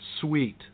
Sweet